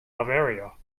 bavaria